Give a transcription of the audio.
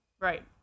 Right